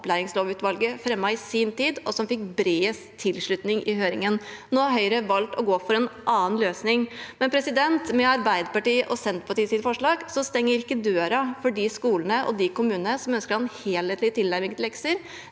opplæringslovutvalget fremmet i sin tid, og det som fikk bredest tilslutning i høringen. Høyre har valgt å gå for en annen løsning. Arbeiderpartiet og Senterpartiets forslag stenger ikke døren for de skolene og kommunene som ønsker å ha en helhetlig tilnærming til lekser.